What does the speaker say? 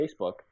facebook